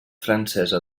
francesa